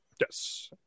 Yes